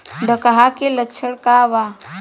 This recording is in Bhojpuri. डकहा के लक्षण का वा?